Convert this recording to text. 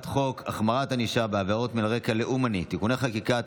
החמרת ענישה בעבירות מין על רקע לאומני (תיקוני חקיקה),